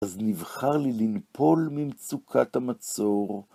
אז נבחר לי לנפול ממצוקת המצור.